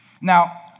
Now